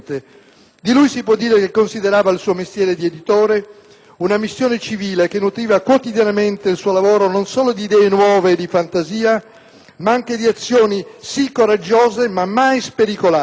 Di lui si può dire che considerava il suo mestiere di editore una missione civile e nutriva quotidianamente il suo lavoro non solo di idee nuove e di fantasia, ma anche di azioni sì coraggiose, ma mai spericolate.